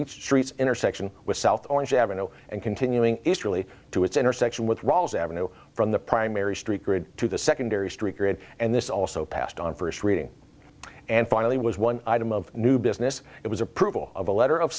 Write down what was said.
each street's intersection with south orange ever no and continuing really to its intersection with walls avenue from the primary street grid to the secondary street grid and this also passed on first reading and finally was one item of new business it was approval of a letter of